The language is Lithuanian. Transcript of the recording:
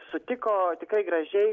sutiko tikrai gražiai